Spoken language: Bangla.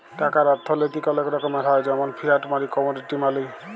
টাকার অথ্থলৈতিক অলেক রকমের হ্যয় যেমল ফিয়াট মালি, কমোডিটি মালি